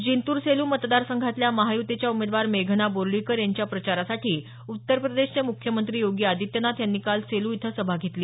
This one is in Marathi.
जिंतूर सेलू मतदार संघातल्या महायुतीच्या उमेदवार मेघना बोर्डीकर यांच्या प्रचारासाठी उतर प्रदेशचे मुख्यमंत्री योगी आदित्यनाथ यांनी काल सेलू इथं सभा घेतली